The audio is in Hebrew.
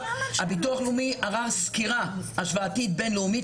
הביטוח הלאומי ערך סקירה השוואתית בין-לאומית